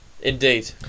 Indeed